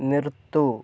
നിർത്തുക